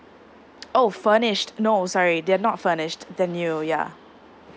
oh furnished no sorry they are not furnished they're new yeah